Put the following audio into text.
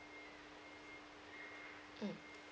mm